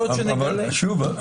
אבל, שוב,